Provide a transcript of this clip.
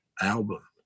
album